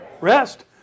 Rest